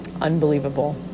unbelievable